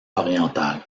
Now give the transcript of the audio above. oriental